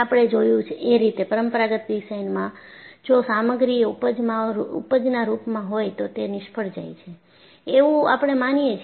આપણે જોયું એ રીતે પરમપરાગત ડિઝાઇનમાં જો સામગ્રી એ ઊપજના રૂપમાં હોય તો તે નિષ્ફળ જાય છે એવું આપણે માનીએ છીએ